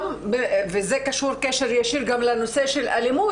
וזה קשור קשר ישיר לנושא של אלימות,